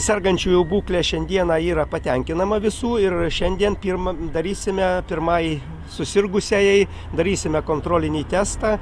sergančiųjų būklė šiandieną yra patenkinama visų ir šiandien pirmą darysime pirmai susirgusiajai darysime kontrolinį testą